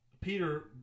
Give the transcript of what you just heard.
Peter